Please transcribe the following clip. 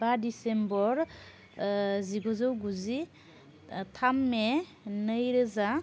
बा दिसेम्बर जिगुजौ गुजि थाम मे नै रोजा